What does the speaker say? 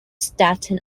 staten